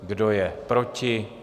Kdo je proti?